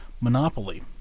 monopoly